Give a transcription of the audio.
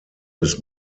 des